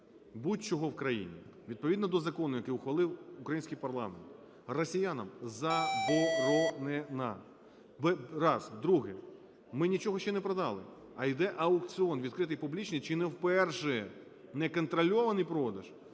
будь-чого в країні відповідно до закону, який ухвалив український парламент, росіянам заборонена – раз. Друге: ми нічого ще не продали, а йде аукціон, відкритий, публічний чи не вперше. Не контрольований продаж,